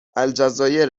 الجزایر